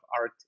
art